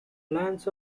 lands